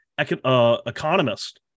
Economist